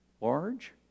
large